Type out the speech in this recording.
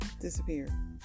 Disappear